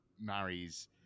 marries